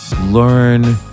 learn